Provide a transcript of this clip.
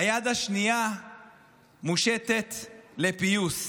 היד השנייה מושטת לפיוס.